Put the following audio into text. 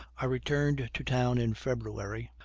i returned to town in february,